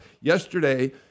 Yesterday